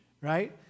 right